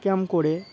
camp করে